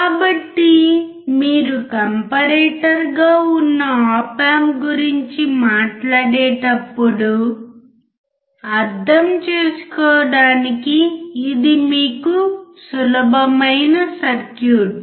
కాబట్టి మీరు కంపారిటర్గా ఉన్న ఆప్ ఆంప్ గురించి మాట్లాడేటప్పుడు అర్థం చేసుకోవడానికి ఇది మీకు సులభమైన సర్క్యూట్